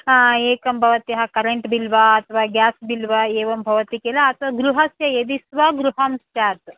एकं भवत्याः current bill वा अथवा गेस् बिल् वा एवं भवति किल अतः गृहस्य यदि स्वगृहं स्यात्